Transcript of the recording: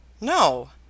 No